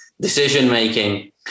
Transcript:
decision-making